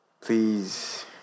Please